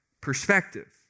perspective